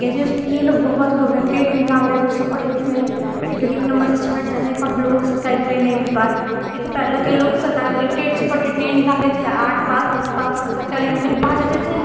graduation किए लोग बहुत लोग हैं टेट निकाल रहे फिर सुपर टेट में सिर्फ एक एक नंबर से छँट जाने पर हम लोगों को सरकारी नौकरी नहीं मिल पा रहा है लेकिन पहले के लोग सरकार टेट सुपर टेट नहीं निकालते थे आठ पास दस पास पर सब सरकारी नौकरी पा जाते थे